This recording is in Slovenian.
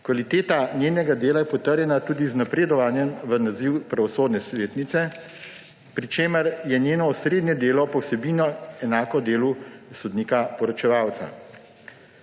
Kvaliteta njenega dela je potrjena tudi z napredovanjem v naziv pravosodne svetnice, pri čemer je njeno osrednje delo po vsebini enako delu sodnika poročevalca.